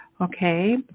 okay